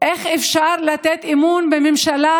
איך אפשר לתת אמון בממשלה